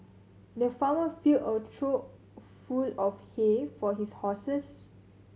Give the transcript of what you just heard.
the farmer filled a trough full of hay for his horses